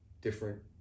different